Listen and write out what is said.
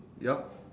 yup